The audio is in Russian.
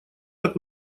так